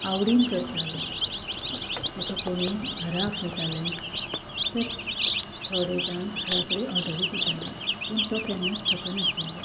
आवडीन करतालो ताका कोणीय घरा आफयताले तर थोडे जाण घरा कडेन ऑर्डरी दिताले पूण तो केन्नाच थकनाशिल्लो